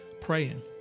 Praying